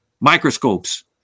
microscopes